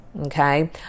Okay